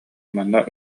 манна